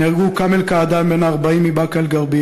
נהרגו כאמל קעדאן בן ה-40 מבאקה-אלע'רביה